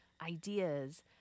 ideas